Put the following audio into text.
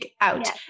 out